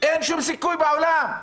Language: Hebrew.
אין שום סיכוי בעולם.